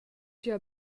gia